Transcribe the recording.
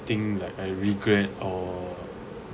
think like I regret or